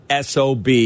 SOB